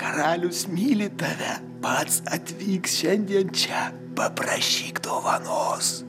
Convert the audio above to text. karalius myli tave pats atvyks šiandien čia paprašyk dovanos